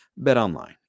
Betonline